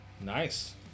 Nice